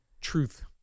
Truth